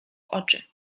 oczy